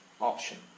option